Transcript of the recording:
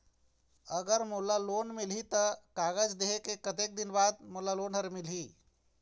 अगर मोला लोन मिलही त कागज देहे के कतेक दिन बाद मोला लोन मिलही?